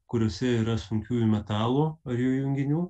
kuriuose yra sunkiųjų metalų ar jų junginių